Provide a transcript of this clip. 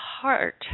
heart